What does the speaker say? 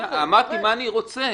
אמרתי מה שאני רוצה.